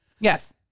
Yes